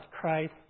Christ